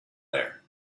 there